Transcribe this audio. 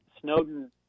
Snowden